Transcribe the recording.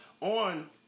on